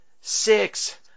six